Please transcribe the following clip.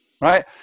right